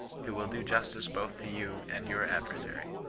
who will do justice both to you and your adversary